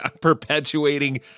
perpetuating